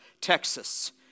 Texas